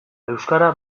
euskara